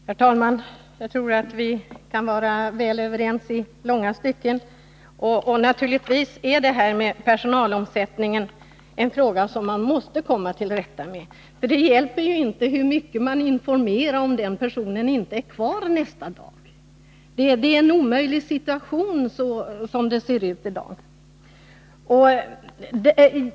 Herr talman! Jag tror också att vi kan vara väl överens i långa stycken. Naturligtvis är problemen med personalomsättningen en fråga som man måste komma till rätta med. Det hjälper ju inte hur mycket man informerar, om personen som tar emot informationen inte är kvar nästa dag. Som det ser ut i dag är det en omöjlig situation.